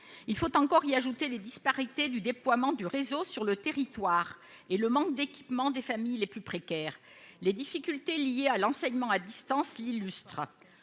Il faut encore ajouter les disparités de déploiement du réseau sur le territoire et le manque d'équipement des familles les plus précaires. Les difficultés liées à l'enseignement à distance l'illustrent